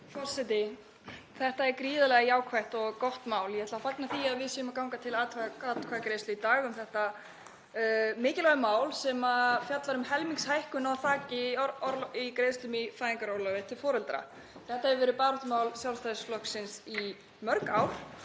Forseti. Þetta er gríðarlega jákvætt og gott mál. Ég ætla að fagna því að við séum að ganga til atkvæðagreiðslu um þetta mikilvæga mál sem fjallar um helmingshækkun á þaki á greiðslum í fæðingarorlofi til foreldra. Þetta hefur verið baráttumál Sjálfstæðisflokksins í mörg ár.